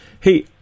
Hey